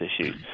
issues